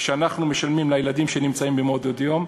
שאנחנו משלמים לילדים שנמצאים במעונות-יום.